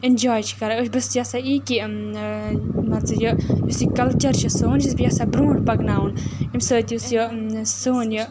اِنجاے چھِ کَران أسۍ بہٕ چھس یَژھان ای کہِ مان ژٕ یہِ یُس یہِ کَلچَر چھِ سون یہِ چھس بہٕ یَژھان برونٛٹھ پَکناوُن اَمہِ سۭتۍ یُس یہِ سٲنۍ یہِ